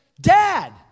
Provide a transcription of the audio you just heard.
Dad